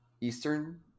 Eastern